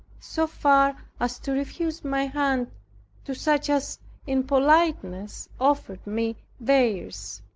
so far as to refuse my hand to such as in politeness offered me theirs.